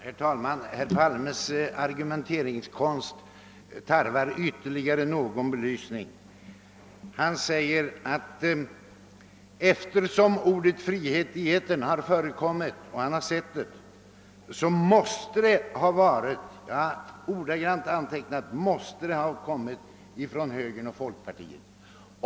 Herr talman! Herr Palmes argumenteringskonst tarvar ytterligare någon belysning. Han säger att eftersom uttrycket »frihet i etern» har förekommit måste det ha kommit — han använde ordet »måste», jag har ordagrant antecknat det — från högern eller folkpartiet.